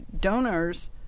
donors